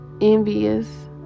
envious